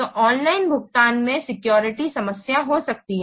तो ऑनलाइन भुगतान में सिक्योरिटी समस्या हो सकती है